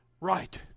right